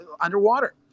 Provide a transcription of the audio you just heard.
underwater